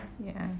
ya